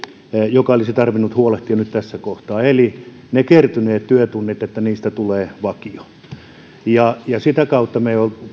joka olisi tarvinnut huolehtia nyt tässä kohtaa eli ne kertyneet työtunnit että niistä tulee vakio sitä kautta me